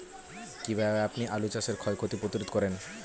কীভাবে আপনি আলু চাষের ক্ষয় ক্ষতি প্রতিরোধ করেন?